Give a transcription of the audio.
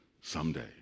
someday